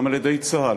גם על-ידי צה"ל,